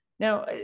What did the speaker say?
Now